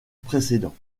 précédents